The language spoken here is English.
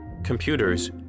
Computers